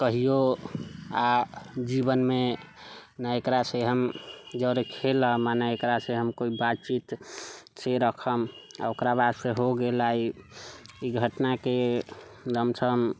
कहियौ आओर जीवनमे ने एकरासँ हम जरे खेलब आओर ने एकरासँ हम कोइ बातचीतसँ राखब आओर ओकर बाद फेर हो गेल आइ ई घटनाके लम्प सम